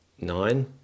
Nine